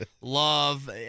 love